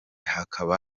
hakaba